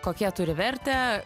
kokie turi vertę